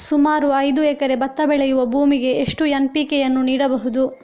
ಸುಮಾರು ಐದು ಎಕರೆ ಭತ್ತ ಬೆಳೆಯುವ ಭೂಮಿಗೆ ಎಷ್ಟು ಎನ್.ಪಿ.ಕೆ ಯನ್ನು ನೀಡಬಹುದು?